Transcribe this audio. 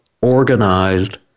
organized